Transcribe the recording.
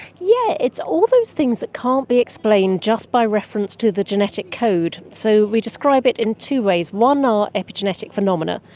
yeah it's all those things that can't be explained just by reference to the genetic code. so we describe it in two ways. one are epigenetic phenomena.